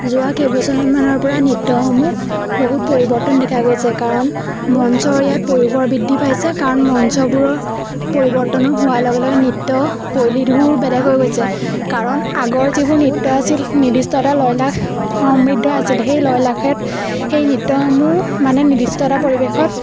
যোৱা কেইবছমানৰপৰা নৃত্যসমূহ বহুত পৰিৱৰ্তন দেখা গৈছে কাৰণ মঞ্চৰ ইয়াত পৰিসৰ বৃদ্ধি পাইছে কাৰণ মঞ্চবোৰৰ পৰিৱৰ্তনো হোৱাৰ লগে লগে নৃত্য শৈলীবোৰ বেলেগ হৈ গৈছে কাৰণ আগৰ যিবোৰ নৃত্য আছিল নিৰ্দিষ্ট এটা লয়লাস সমৃদ্ধ আছিল সেই লয়লাসত সেই নৃত্যসমূহ মানে নিৰ্দিষ্ট এটা পৰিৱেশত